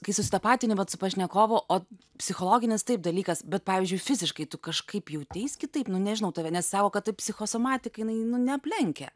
kai susitapatini vat su pašnekovu o psichologinis taip dalykas bet pavyzdžiui fiziškai tu kažkaip jauteis kitaip nu nežinau tave nes sako kad psichosomatika jinai nu neaplenkia